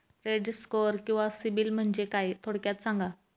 Credit score किंवा सिबिल म्हणजे काय? थोडक्यात सांगा